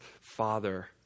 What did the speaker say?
father